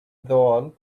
doll